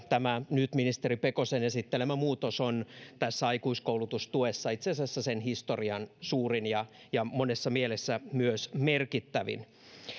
tämä ministeri pekosen nyt esittelemä muutos on aikuiskoulutustuessa itse asiassa sen historian suurin ja ja monessa mielessä myös merkittävin